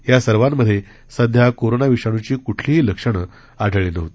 या सर्वांमध्ये सध्या कोरोना विषाणूची क्रठलीही लक्षणं आढळली नव्हती